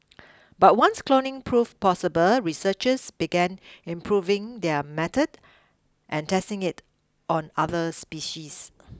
but once cloning proved possible researchers began improving their method and testing it on other species